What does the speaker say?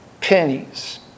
Pennies